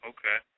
Okay